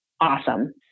awesome